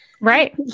Right